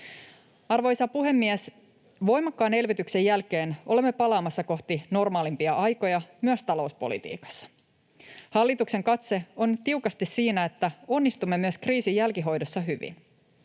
Arvoisa puhemies! Voimakkaan elvytyksen jälkeen olemme palaamassa kohti normaalimpia aikoja myös talouspolitiikassa. Hallituksen katse on nyt tiukasti siinä, että onnistumme myös kriisin jälkihoidossa hyvin.